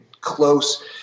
close